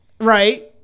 Right